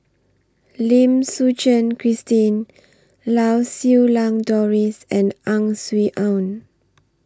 Lim Suchen Christine Lau Siew Lang Doris and Ang Swee Aun